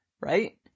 right